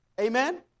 Amen